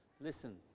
listen